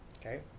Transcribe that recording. Okay